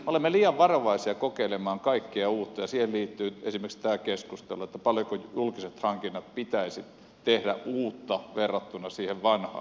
olemme liian varovaisia kokeilemaan kaikkea uutta ja siihen liittyy esimerkiksi tämä keskustelu paljonko julkisten hankintojen pitäisi tehdä uutta verrattuna siihen vanhaan